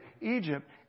Egypt